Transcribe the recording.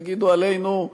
יגידו עלינו את